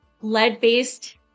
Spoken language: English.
lead-based